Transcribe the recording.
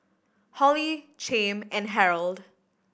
Holly Chaim and Harrold